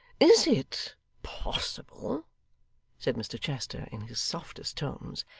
is it possible said mr chester in his softest tones,